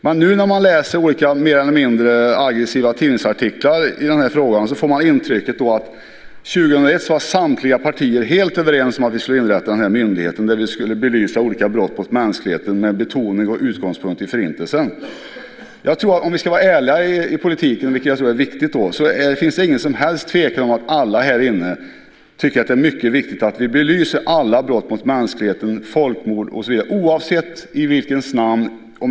Men nu när man läser olika mer eller mindre aggressiva tidningsartiklar i frågan får man intrycket att år 2001 var samtliga partier helt överens om att vi skulle inrätta myndigheten där vi skulle belysa olika brott mot mänskligheten med betoning och utgångspunkt i Förintelsen. Om vi ska vara ärliga i politiken, vilket jag tror är viktigt, finns det ingen som helst tvekan om att alla härinne tycker att det är mycket viktigt att vi belyser alla brott mot mänskligheten, folkmord och så vidare, oavsett i vems namn de begås.